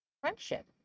Friendship